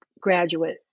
graduate